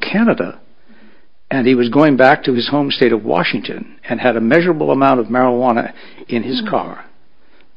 canada and he was going back to his home state of washington and had a measurable amount of marijuana in his car